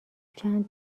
چند